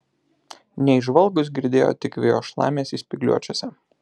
neįžvalgūs girdėjo tik vėjo šlamesį spygliuočiuose